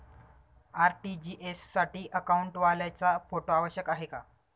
RTGS साठी अकाउंटवाल्याचा photo आवश्यक आहे का?